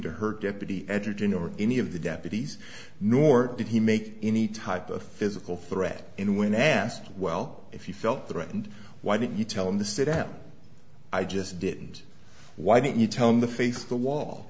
to hurt deputy edgerton or any of the deputies nor did he make any type of physical threat and when asked well if he felt threatened why didn't you tell him to sit up i just didn't why didn't you tell him the face of the wall